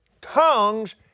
tongues